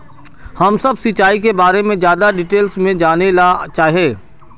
हम सब सिंचाई के बारे में ज्यादा डिटेल्स में जाने ला चाहे?